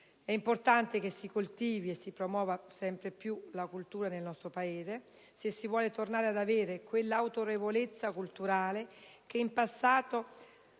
E' importante che si coltivi e si promuova sempre più la cultura nel nostro Paese se si vuole tornare ad avere quell'autorevolezza culturale che, in passato,